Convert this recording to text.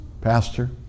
Pastor